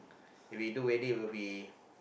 if we do wedding will be